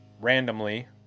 randomly